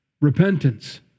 Repentance